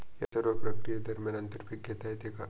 या सर्व प्रक्रिये दरम्यान आंतर पीक घेता येते का?